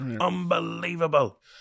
Unbelievable